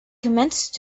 commenced